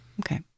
Okay